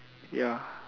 ya